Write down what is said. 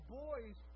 boys